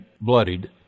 bloodied